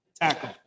tackle